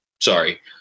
sorry